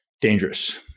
dangerous